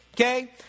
Okay